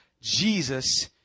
Jesus